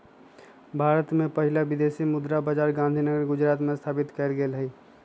भारत के पहिला विदेशी मुद्रा बाजार गांधीनगर गुजरात में स्थापित कएल गेल हइ